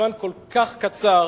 ובזמן כל כך קצר